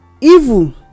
evil